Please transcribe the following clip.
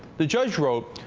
the judge wrote,